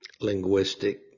linguistic